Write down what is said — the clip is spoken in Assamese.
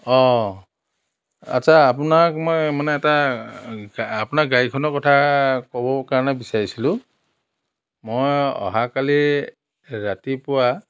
অঁ আচ্ছা আপোনাক মই মানে এটা গা আপোনাৰ গাড়ীখন কথা ক'ব কাৰণে বিচাৰিছিলোঁ মই অহাকালি ৰাতিপুৱা